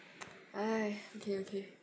!aiya! okay okay